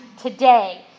today